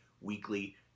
weekly